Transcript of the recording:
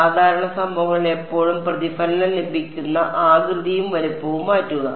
സാധാരണ സംഭവങ്ങളിൽ എപ്പോഴും പ്രതിഫലനം ലഭിക്കുന്ന ആകൃതിയും വലുപ്പവും മാറ്റുക